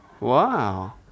Wow